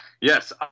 Yes